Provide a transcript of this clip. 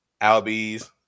Albies